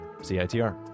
CITR